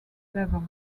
level